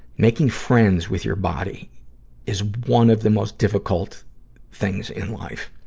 making friends with your body is one of the most difficult things in life.